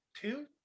two